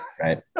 right